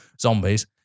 zombies